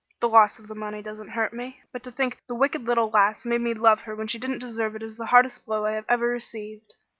the loss of the money doesn't hurt me, but to think the wicked little lass made me love her when she didn't deserve it is the hardest blow i have ever received.